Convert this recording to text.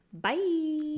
Bye